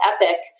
Epic